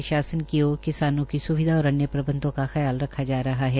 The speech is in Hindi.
प्रशासन की ओर किसानों की स्विधा और अन्य प्रबंधों का ख्याल रखा जा रहा है